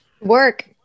work